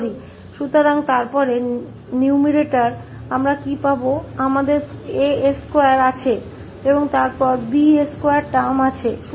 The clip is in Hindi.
तो फिर अंश में जो हमें मिलेगा हमारे पास As2 है और फिर Bs2 पद होगा